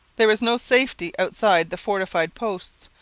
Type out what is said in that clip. there was no safety outside the fortified posts,